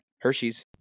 Hershey's